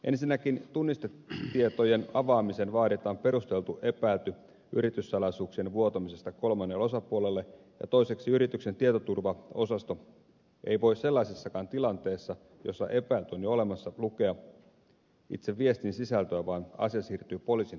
ensinnäkin tunnistetietojen avaamiseen vaaditaan perusteltu epäily yrityssalaisuuksien vuotamisesta kolmannelle osapuolelle ja toiseksi yrityksen tietoturvaosasto ei voi sellaisessakaan tilanteessa jossa epäily on jo olemassa lukea itse viestin sisältöä vaan asia siirtyy poliisin tutkittavaksi